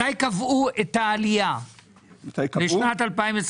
מתי קבעו את העלייה לשנת 2023?